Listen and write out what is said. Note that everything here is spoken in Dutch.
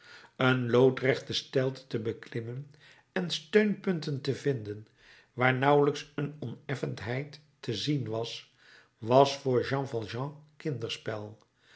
een loodrechte steilte te beklimmen en steunpunten te vinden waar nauwelijks een oneffenheid te zien was was voor jean valjean kinderspel